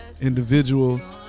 individual